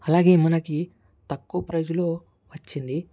అలాగే మనకి తక్కువ ప్రైజ్లో వచ్చింది